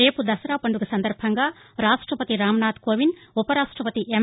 రేపు దసరా పండుగ సందర్భంగా రాష్టపతి రాం నాథ్ కోవింద్ ఉప రాష్టపతి ఎం